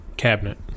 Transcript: cabinet